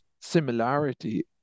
similarity